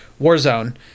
Warzone